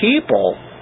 people